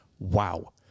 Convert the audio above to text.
wow